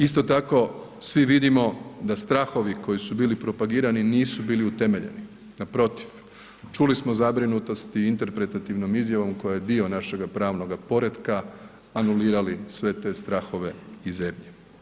Isto tako svi vidimo da strahovi koji su bili propagirani nisu bili utemeljeni, naprotiv, čuli smo zabrinutost i interpretativnom izjavom koja je dio našega pravnoga poretka, anulirali sve te strahove i zebnje.